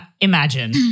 imagine